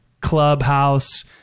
clubhouse